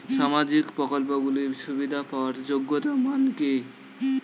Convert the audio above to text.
সামাজিক প্রকল্পগুলি সুবিধা পাওয়ার যোগ্যতা মান কি?